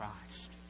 Christ